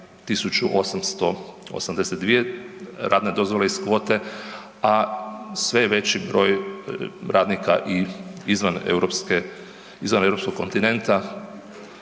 1.882 radne dozvole iz kvote, a sve je veći broj radnika izvan Europskog kontinenta